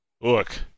Look